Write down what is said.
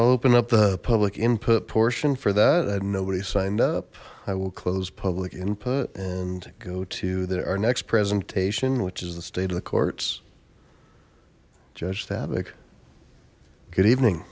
i'll open up the public input portion for that i had nobody signed up i will close public input and go to that our next presentation which is the state of the courts judge havoc good evening